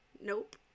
Nope